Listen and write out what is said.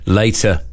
later